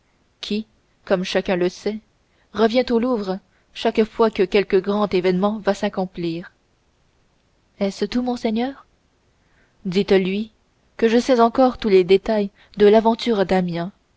qui comme chacun le sait revient au louvre chaque fois que quelque grand événement va s'accomplir est-ce tout monseigneur dites-lui que je sais encore tous les détails de l'aventure d'amiens